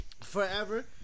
forever